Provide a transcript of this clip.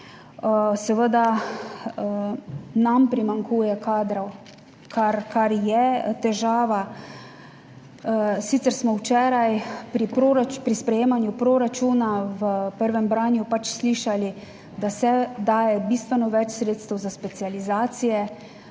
Seveda nam primanjkuje kadrov, kar je težava. Sicer smo včeraj pri sprejemanju proračuna v prvem branju slišali, da se daje bistveno več sredstev za specializacije,